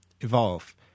Evolve